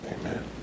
Amen